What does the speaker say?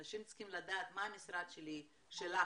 אנשים צריכים לדעת מה המשרד שלך